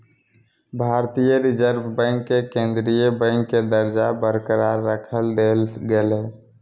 भारतीय Reserve Bank के केंद्रीय बैंक के दर्जा बरकरार रख देल गेलय